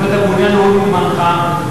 הוא מדבר מאוד לעניין.